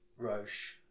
Roche